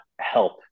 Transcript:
help